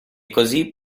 così